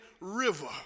River